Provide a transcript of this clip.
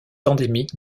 endémique